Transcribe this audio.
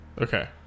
Okay